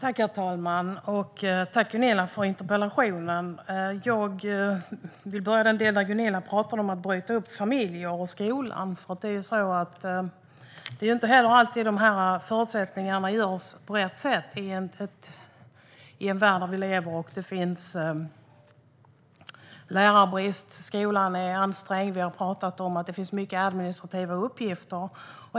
Herr talman! Tack, Gunilla Nordgren, för att du har ställt den här interpellationen! Jag vill börja i den del där Gunilla pratade om att bryta upp familjer och om skolan. Det är inte alltid det här görs på rätt sätt i en värld av elever och lärare. Det råder lärarbrist, och skolan är ansträngd, och vi har pratat om att det finns mycket administrativa uppgifter.